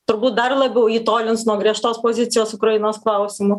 turbūt dar labiau jį tolins nuo griežtos pozicijos ukrainos klausimu